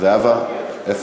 התשע"ג 2012, מ/702.